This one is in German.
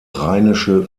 rheinische